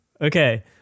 Okay